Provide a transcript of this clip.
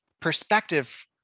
perspective